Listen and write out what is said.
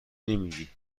نمیگی